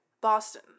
Boston